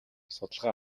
судалгаа